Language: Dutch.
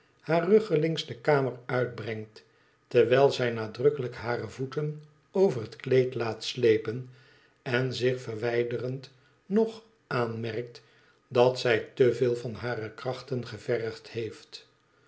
haar rüggelings de kamer uitbrengt terwijl zij nadrukkelijk hare voeten over het kleed laat slepen en zich verwijderend nog aanmerkt dat zij te veel van hare krachten gevergd heeft